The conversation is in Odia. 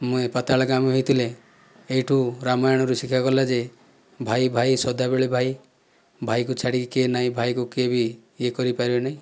ପାତାଳଗାମୀ ହୋଇଥିଲେ ଏଇଠୁ ରାମାୟଣରୁ ଶିଖାଗଲା ଯେ ଭାଇ ଭାଇ ସଦାବେଳେ ଭାଇ ଭାଇକୁ ଛାଡି କିଏ ନାହିଁ ଭାଇ କିଏ ବି ଇୟେ କରି ପାରିବେ ନାହିଁ